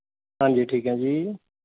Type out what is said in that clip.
ਹਾਂਜੀ ਠੀਕ ਹੈ ਜੀ